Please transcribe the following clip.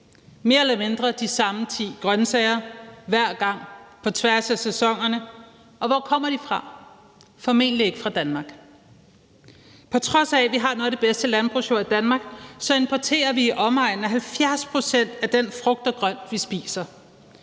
Mere eller mindre de samme ti grønsager hver gang på tværs af sæsonerne. Og hvor kommer de fra? Formentlig ikke fra Danmark. På trods af at vi har noget af det bedste landbrugsjord i Danmark, importerer vi i omegnen af 70 pct. af den frugt og grønt, vi spiser,